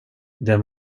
den